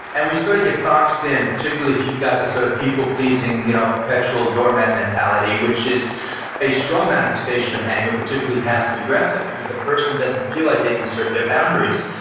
and we sort of get boxed in particularly if you've got this sort of people pleasing you know perpetual doormat mentality, which is a strong manifestation of anger, particularly passive aggressive because the person doesn't feel like they can assert their boundaries.